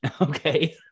Okay